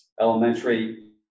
elementary